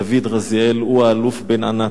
דוד רזיאל, הוא האלוף בן-ענת.